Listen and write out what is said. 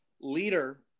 leader